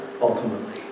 ultimately